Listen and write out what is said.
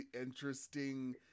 interesting